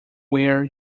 wear